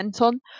on